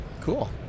Cool